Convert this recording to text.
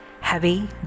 Heavy